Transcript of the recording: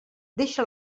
deixa